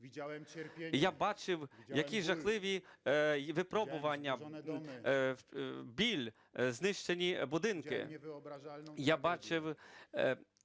я бачив, які жахливі випробування, біль, знищені будинки,